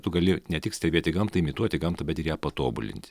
tu gali ne tik stebėti gamtą imituoti gamtą bet ir ją patobulinti